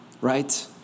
right